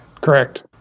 Correct